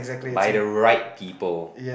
by the right people